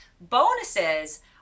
Bonuses